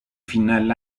final